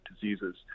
diseases